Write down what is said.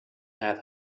had